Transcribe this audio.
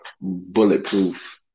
bulletproof